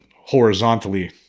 horizontally